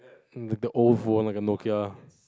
the old phone like a Nokia